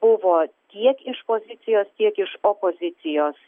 buvo tiek iš pozicijos tiek iš opozicijos